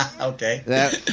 Okay